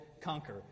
Conquer